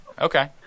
Okay